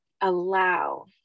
allow